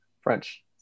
French